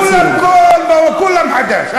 כולם חד"ש.